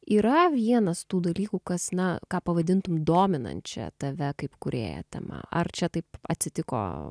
yra vienas tų dalykų kas na ką pavadintum dominančia tave kaip kūrėją tema ar čia taip atsitiko